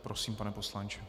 Prosím, pane poslanče.